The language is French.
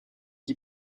qui